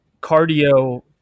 cardio